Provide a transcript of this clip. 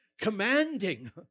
commanding